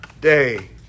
day